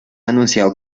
anunciado